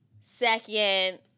Second